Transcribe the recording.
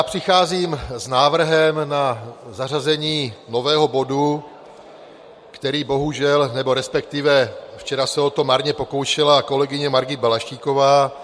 Přicházím s návrhem na zařazení nového bodu, který bohužel nebo respektive včera se o to marně pokoušela kolegyně Margit Balaštíková.